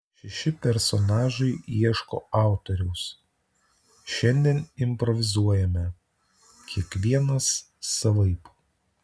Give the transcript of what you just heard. šeši personažai ieško autoriaus šiandien improvizuojame kiekvienas savaip